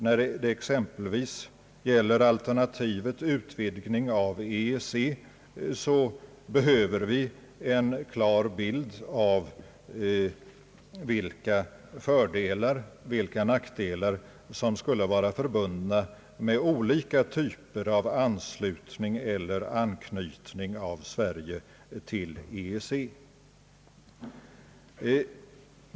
Vad beträffar exempelvis alternativet utvidgning av EEC behöver vi en klar bild av vilka fördelar och vilka nackdelar som skulle vara förbundna med olika typer av Sveriges anknytning till EEC.